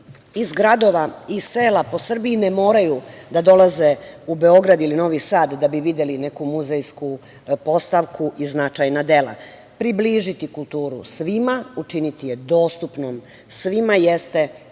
iz gradova i sela po Srbiji ne moraju da dolaze u Beograd ili Novi Sad da bi videli neku muzejsku postavku i značajna dela. Približiti kulturu svima, učiniti je dostupnom svima jeste